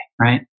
right